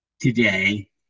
today